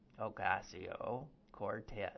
Ocasio-Cortez